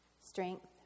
strength